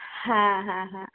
হ্যাঁ হ্যাঁ হ্যাঁ